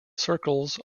circles